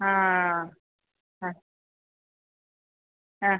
ആ ആ ആ ആ